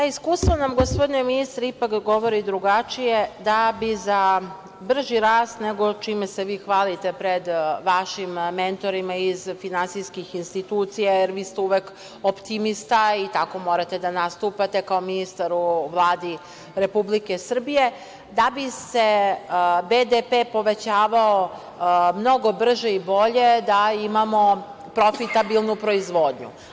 Iskustvo nam, gospodine ministre, ipak govori drugačije, da bi za brži rast nego čime se vi hvalite pred vašim mentorima iz finansijskih institucija, jer vi ste uvek optimista i tako morate na nastupate kao ministar u Vladi Republike Srbije da bi se BDP povećavao mnogo brže i bolje, da imamo profitabilnu proizvodnju.